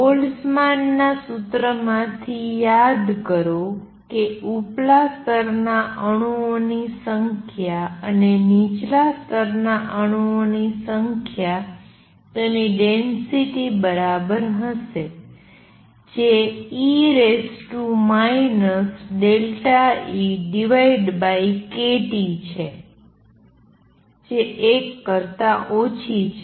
Boltzmann ના સૂત્રમાંથી યાદ કરો કે ઉપલા સ્તરના અણુઓની સંખ્યા અને નીચલા સ્તરના અણુઓની સંખ્યા તેની ડેંસિટી બરાબર હશે જે e ΔEkT છે જે 1 કરતા ઓછી છે